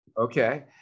Okay